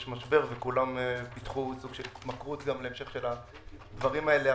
יש משבר וכולם פיתחו סוג של התמכרות להמשך הדברים האלה,